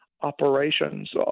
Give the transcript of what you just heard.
operations